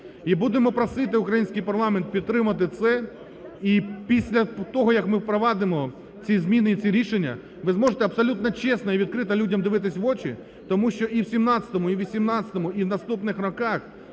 і будемо просити український парламент підтримати це. І після того, як ми впровадимо ці зміни і ці рішення, ви зможете абсолютно чесно і відкрито людям дивитися в очі, тому що і в 2017-му, і в 2018-му, і в наступних роках